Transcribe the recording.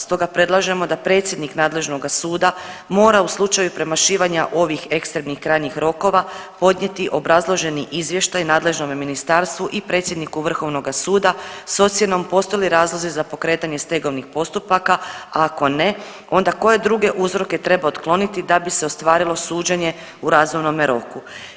Stoga predlažemo da predsjednik nadležnoga suda mora u slučaju premašivanja ovih ekstremnih krajnjih rokova podnijeti obrazloženi izvještaj nadležnome Ministarstvu i predsjedniku Vrhovnoga suda s ocjenom postoje li razlozi za pokretanje stegovnih postupaka, a ako ne, onda koje druge uzroke treba otkloniti da bi se ostvarilo suđenje u razumnome roku?